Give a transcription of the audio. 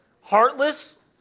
heartless